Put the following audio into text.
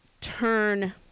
turn